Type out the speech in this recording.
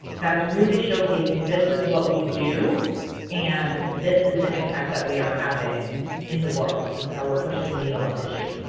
that's really showcasing this is what we do and this is the impact that we are having in the world. this is how we are pushing the needle on the issue.